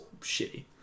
shitty